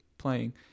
playing